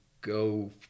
go